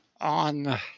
On